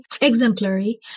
exemplary